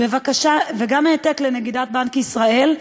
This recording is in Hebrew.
וגם בהעתק לנגידת בנק ישראל,